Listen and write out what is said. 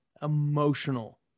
emotional